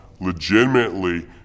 legitimately